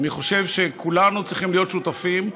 אני חושב שכולנו צריכים להיות שותפים,